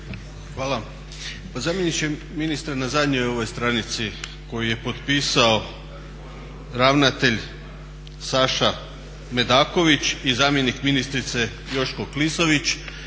Hvala. Pa zamjeniče ministra, na zadnjoj ovoj stranici koju je potpisao ravnatelj Saša Medaković i zamjenik ministrice Joško Klisović